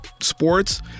sports